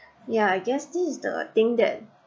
yeah I guess this is the thing that